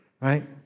right